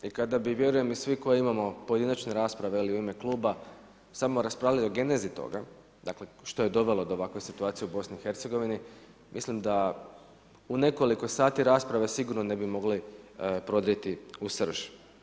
I kada bi vjerujem i svi koji imamo pojedinačne rasprave ili u ime kluba samo raspravljali o genezi toga, dakle što je dovelo do ovakve situacije u BIH, mislim da u nekoliko sati rasprave sigurno ne bi mogli prodrijeti u srž.